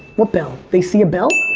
what bell? they see a bell?